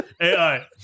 AI